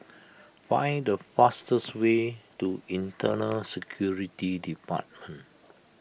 find the fastest way to Internal Security Depart